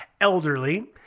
elderly